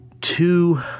two